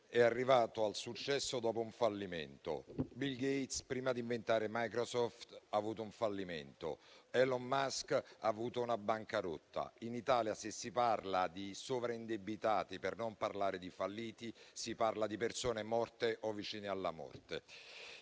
è arrivato al successo dopo un fallimento; Bill Gates, prima di inventare Microsoft, ha avuto un fallimento; Elon Musk ha avuto una bancarotta. In Italia, se si parla di sovraindebitati, per non parlare di falliti, si parla di persone morte o vicine alla morte.